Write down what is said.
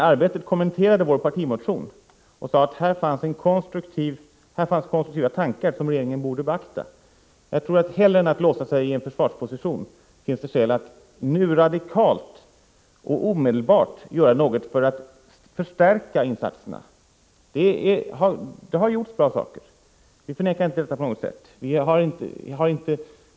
Där kommenterades vår partimotion, och man sade att det i den fanns konstruktiva tankar som regeringen borde beakta. Hellre än att låsa sig i en försvarsposition borde regeringen nu radikalt och omedelbart göra någonting för att förstärka insatserna. Jag förnekar inte på något sätt att det redan har gjorts bra saker.